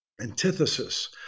antithesis